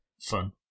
fun